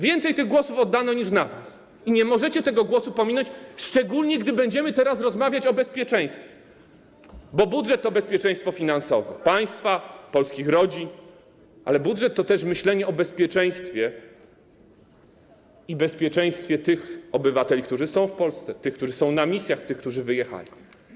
Więcej tych głosów oddano niż na was i nie możecie tego głosu pominąć, szczególnie, gdy będziemy teraz rozmawiać o bezpieczeństwie, bo budżet to bezpieczeństwo finansowe państwa, polskich rodzin, ale budżet to też myślenie o bezpieczeństwie tych obywateli, którzy są w Polsce, tych, którzy są na misjach, tych, którzy wyjechali.